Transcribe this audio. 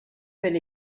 del